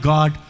God